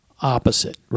opposite